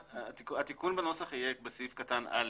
התיקון בנוסח יהיה בסעיף קטן (א).